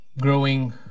growing